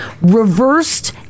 reversed